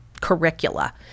curricula